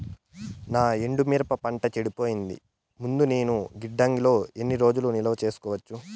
నా ఎండు మిరప పంట చెడిపోయే ముందు నేను గిడ్డంగి లో ఎన్ని రోజులు నిలువ సేసుకోవచ్చు?